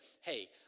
Hey